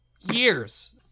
years